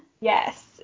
Yes